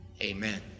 amen